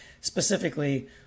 specifically